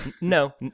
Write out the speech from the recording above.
No